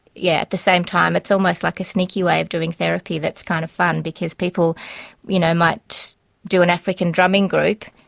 yeah at the same time it's almost like a sneaky way of doing therapy that's kind of fun because people you know might do an african drumming group,